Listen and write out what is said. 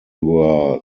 were